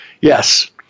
Yes